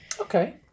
Okay